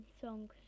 song